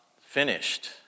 finished